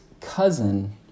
cousin